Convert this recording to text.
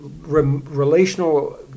relational